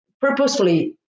purposefully